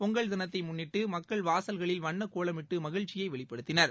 பொங்கல் தினத்தை முன்னிட்டு மக்கள் வாசல்களில் வண்ணக்கோலமிட்டு மகிழ்ச்சியை வெளிப்படுத்தினர்